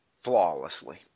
flawlessly